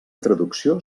traducció